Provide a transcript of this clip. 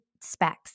specs